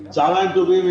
צוהריים טובים,